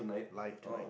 live tonight